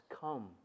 Come